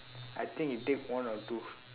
I think he take one or two